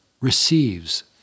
receives